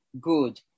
good